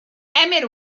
emyr